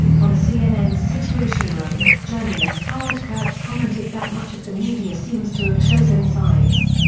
on cnn's situation room, journalist howard kurtz commented that much of the media seems to have chosen sides.